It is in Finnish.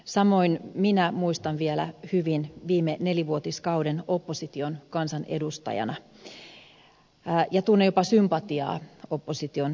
samoin minä muistan vielä hyvin viime nelivuotiskauden opposition kansanedustajana ja tunnen jopa sympatiaa opposition edustajia kohtaan